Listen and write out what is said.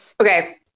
Okay